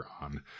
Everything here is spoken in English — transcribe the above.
on